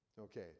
Okay